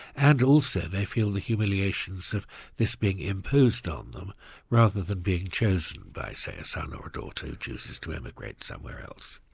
and also they feel the humiliations of this being imposed on them rather than being chosen by say, a son or a daughter who chooses to emigrate somewhere else.